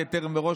תסתדרו.